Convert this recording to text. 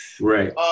Right